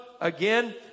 again